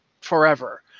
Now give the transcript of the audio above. forever